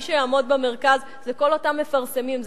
מי שיעמוד במרכז זה כל אותם מפרסמים,